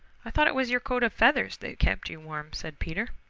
i thought it was your coat of feathers that kept you warm, said peter.